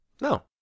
No